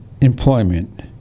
employment